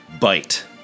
bite